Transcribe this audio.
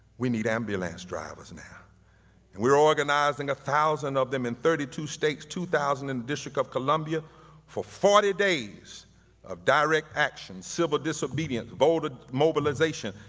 we need ambulance drivers now and we're organizing one thousand of them in thirty two states, two thousand in district of columbia for forty days of direct action, civil disobedience, voter mobilization,